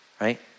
right